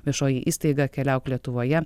viešoji įstaiga keliauk lietuvoje